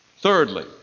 Thirdly